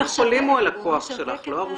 בית החולים הוא הלקוח שלך, לא?